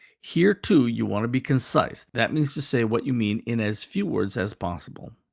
here, too, you want to be concise. that means to say what you mean in as few words as possible.